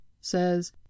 says